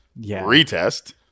retest